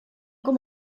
com